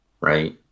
Right